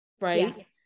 right